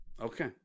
Okay